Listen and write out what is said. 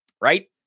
Right